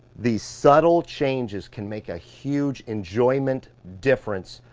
the subtle changes can make a huge enjoyment difference,